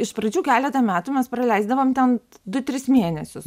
iš pradžių keletą metų mes praleisdavom ten du tris mėnesius